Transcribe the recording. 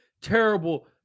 terrible